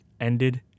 ended